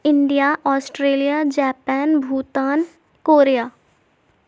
India Australia Japan Bhutan Korea